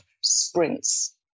sprints